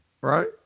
Right